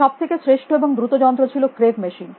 সব থেকে শ্রেষ্ঠ এবং দ্রুত যন্ত্র ছিল ক্রেভ মেশিন